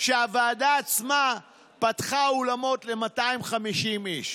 שהוועדה עצמה פתחה אולמות ל-250 איש.